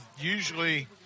usually